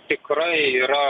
tikrai yra